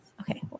Okay